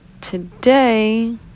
today